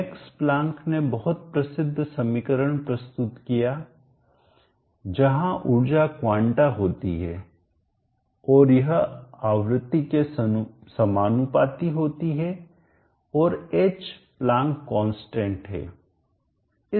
max Planck ने बहुत प्रसिद्ध समीकरण प्रस्तुत किया जहां उर्जा क्वांटा होती है और यह आवृत्ति के समानुपाती होती है और एच प्लांक कांस्टेंटस्थिरांक है